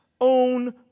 own